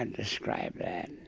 and describe that.